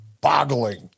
boggling